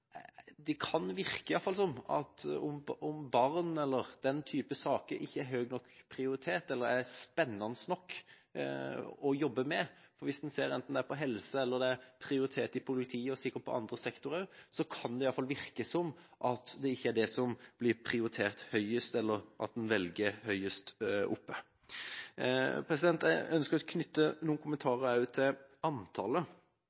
Det kan virke som om barn eller den typen saker ikke er høyt nok prioritert eller spennende nok å jobbe med. Hvis en ser på prioritet innen helse, i politiet og sikkert i andre sektorer, kan det i alle fall virke som at det ikke er det som blir prioritert høyest – eller det en velger høyest oppe. Jeg ønsker også å knytte noen